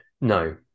no